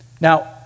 Now